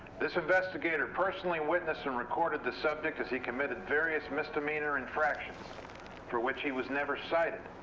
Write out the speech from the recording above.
this investigator personally witnessed and recorded the subject. as he committed various misdemeanor infractions for which he was never cited.